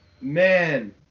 Man